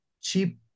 cheap